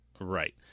Right